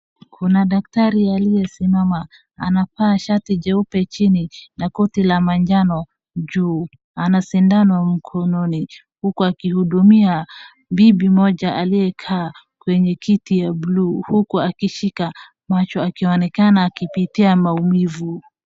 Kuna daktari aliyesimama, anavaa shati jeupe chini na koti la manjano juu, ana sindano mkononi uku akihudumia bibi moja aliyekaa kwenye kiti ya buluu uku akishika macho akionekana akipitia maumivu.